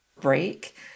break